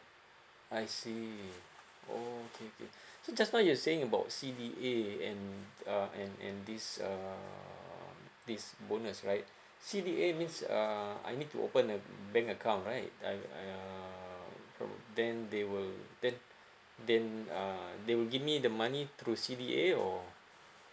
I see okay okay so just now you saying about C_D_A and uh and and this uh this bonus right C_D_A means uh I need to open a bank account right I uh from then they will then then uh they will give me the money through C_D_A or